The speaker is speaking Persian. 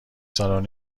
سال